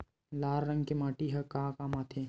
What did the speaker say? लाल रंग के माटी ह का काम आथे?